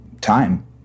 time